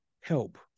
help